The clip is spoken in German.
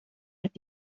hat